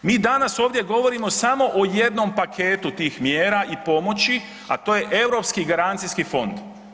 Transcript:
Mi danas ovdje govorimo samo o jednom paketu tih mjera i pomoći, a to je Europski garancijski fond.